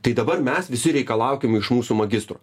tai dabar mes visi reikalaukim iš mūsų magistro